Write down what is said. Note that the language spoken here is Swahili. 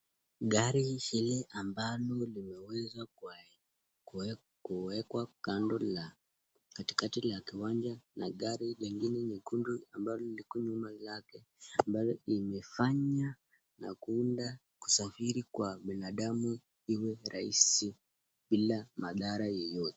Gari hili ambalo limeweza kuwekwa kando la katikati la kiwanja na gari lingine nyekundu ambalo liko nyuma yake ambalo imefanya na kuunda kusafiri kwa binadamu iwe rahisi bila mathara yeyote.